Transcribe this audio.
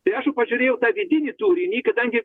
tai aš jau pažiūrėjau tą vidinį turinį kadangi